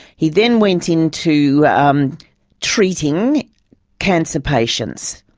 he then went into um treating cancer patients.